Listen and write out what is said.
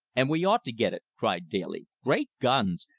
and we ought to get it, cried daly. great guns!